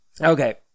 Okay